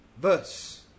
verse